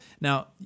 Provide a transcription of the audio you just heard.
now